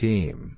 Team